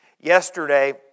Yesterday